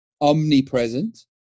omnipresent